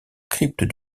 crypte